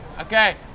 okay